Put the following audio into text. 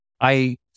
I-